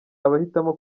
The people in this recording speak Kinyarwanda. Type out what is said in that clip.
abahitamo